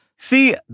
See